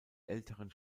älteren